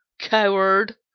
Coward